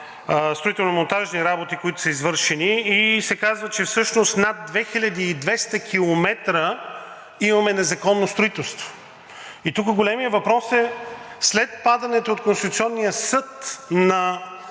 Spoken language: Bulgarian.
строително-монтажни работи, които са извършени, и се казва, че всъщност над 2200 километра имаме незаконно строителство. И тук големият въпрос е: след падането от Конституционния съд на